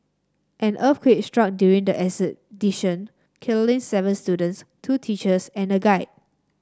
an earthquake struck during the expedition killing seven students two teachers and a guide